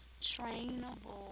trainable